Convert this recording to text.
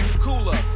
Cooler